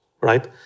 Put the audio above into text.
right